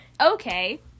okay